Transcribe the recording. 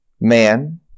man